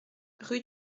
rue